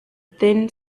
thin